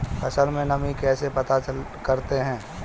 फसल में नमी कैसे पता करते हैं?